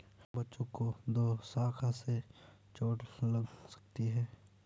बच्चों को दोशाखा से चोट लग सकती है